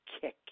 kick